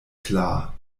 klar